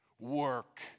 work